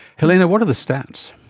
helena, what are the stats?